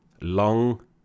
long